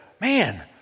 man